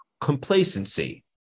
complacency